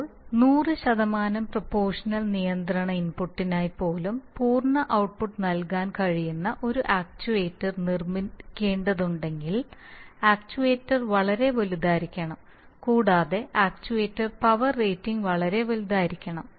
ഇപ്പോൾ 100 പ്രൊപോഷണൽ നിയന്ത്രണ ഇൻപുട്ടിനായി പോലും പൂർണ്ണ ഔട്ട്പുട്ട് നൽകാൻ കഴിയുന്ന ഒരു ആക്ച്യുവേറ്റർ നിർമ്മിക്കേണ്ടതുണ്ടെങ്കിൽ ആക്ച്യുവേറ്റർ വളരെ വലുതായിരിക്കണം കൂടാതെ ആക്യുവേറ്റർ പവർ റേറ്റിംഗ് വളരെ വലുതായിരിക്കണം